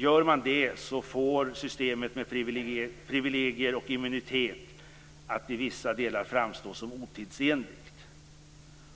Gör man det framstår systemet med privilegier och immunitet i vissa delar som otidsenligt.